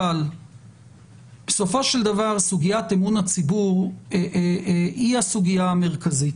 אבל בסופו של דבר סוגיית אמון הציבור היא הסוגיה המרכזית